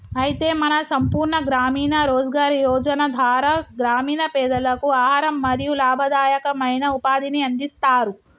అయితే మన సంపూర్ణ గ్రామీణ రోజ్గార్ యోజన ధార గ్రామీణ పెదలకు ఆహారం మరియు లాభదాయకమైన ఉపాధిని అందిస్తారు